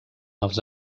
els